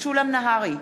משולם נהרי,